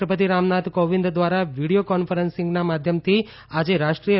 રાષ્ટ્રપતિ રામનાથ કોવિંદ ધ્વારા વિડીયો કોન્ફરન્સીંગના માધ્યમથી આજે રાષ્ટ્રીય